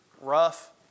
rough